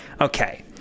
Okay